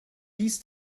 dies